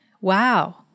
wow